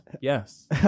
Yes